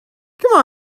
come